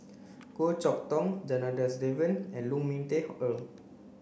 Goh Chok Tong Janadas Devan and Lu Ming Teh Earl